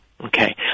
Okay